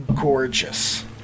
gorgeous